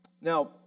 Now